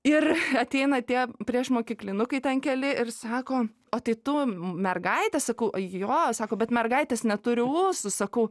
ir ateina tie priešmokyklinukai ten keli ir sako o tai tu mergaitė sakau jo sako bet mergaitės neturi ūsų sakau